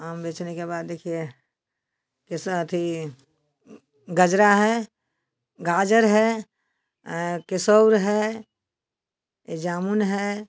आम बेचने के बाद देखिए फिर से अथी गजरा है गाजर है केसौर है यह जामुन है